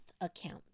account